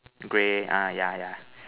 grey ah yeah yeah